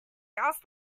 asked